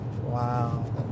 Wow